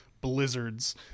blizzards